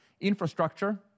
Infrastructure